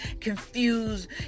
confused